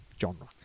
genre